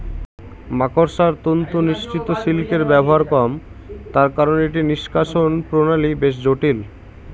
মাকড়সার তন্তু নিঃসৃত সিল্কের ব্যবহার কম তার কারন এটি নিঃষ্কাষণ প্রণালী বেশ জটিল